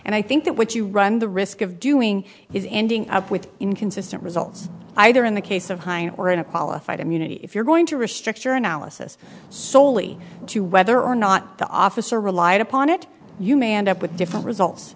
and i think that what you run the risk of doing is ending up with inconsistent results either in the case of hire or in a qualified immunity if you're going to risk structure analysis solely to whether or not the officer relied upon it you may end up with different results